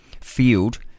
Field